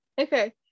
okay